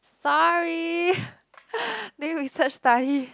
sorry doing research study